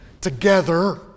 together